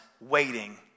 waiting